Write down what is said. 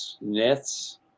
nets